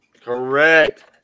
Correct